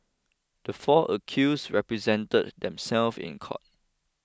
the four accuse represented themself in court